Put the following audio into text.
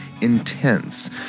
intense